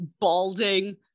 balding